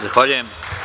Zahvaljujem.